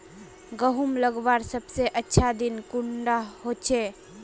गहुम लगवार सबसे अच्छा दिन कुंडा होचे?